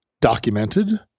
documented